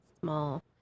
small